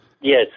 Yes